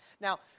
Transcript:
Now